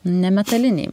ne metaliniai